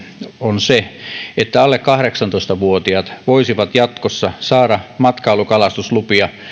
on se että alle kahdeksantoista vuotiaat voisivat jatkossa saada matkailukalastuslupia